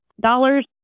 dollars